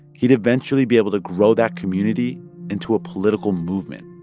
he'd eventually be able to grow that community into a political movement